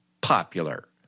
popular